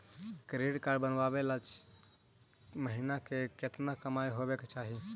Credit card बनबाबे ल महीना के केतना कमाइ होबे के चाही?